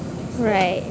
right